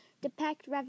depict